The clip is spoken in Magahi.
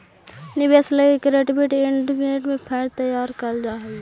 निवेश लगी कलेक्टिव इन्वेस्टमेंट फंड तैयार करल जा हई